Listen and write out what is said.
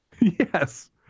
Yes